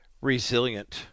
resilient